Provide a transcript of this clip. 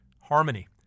harmony